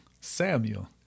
Samuel